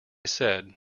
said